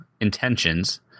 Intentions